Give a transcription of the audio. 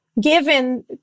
given